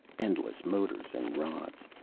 endless motors and rods.